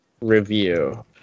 review